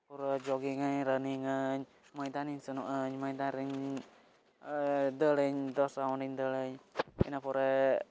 ᱯᱩᱨᱟᱹ ᱡᱳᱜᱤᱝᱟᱹᱧ ᱨᱟᱱᱤᱝᱟᱹᱧ ᱢᱚᱭᱫᱟᱱᱤᱧ ᱥᱮᱱᱚᱜᱼᱟᱹᱧ ᱢᱚᱭᱫᱟᱱ ᱨᱤᱧ ᱫᱟᱹᱲᱟᱹᱧ ᱫᱚᱥ ᱨᱟᱣᱩᱱᱰ ᱤᱧ ᱫᱟᱹᱲᱟᱹᱧ ᱤᱱᱟᱹᱯᱚᱨᱮ